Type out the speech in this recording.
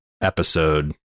episode